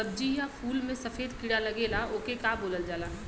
सब्ज़ी या फुल में सफेद कीड़ा लगेला ओके का बोलल जाला?